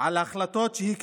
על החלטות שהיא קיבלה?